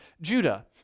Judah